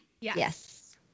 Yes